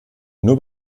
nur